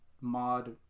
mod